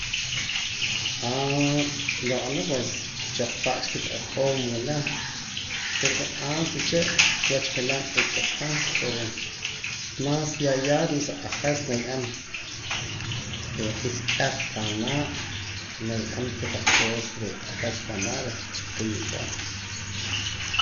ro'na pues choqpa cha kota aq'oom wila pero je' antes uche' wach je'la n'ik'iqa pero más ya ya ruu' sa q'ajas na ye'eem isk'aj panaa na ye'eem kotaq cosa q'ajas panaa reh chi chiqii'wa.